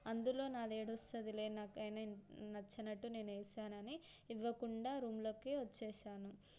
అందులో నాదిఏడోస్తదిలే నాకు అయినా నచ్చినట్టు నేను వేసానని ఇవ్వకుండా రూమ్లోకి వచ్చేసాను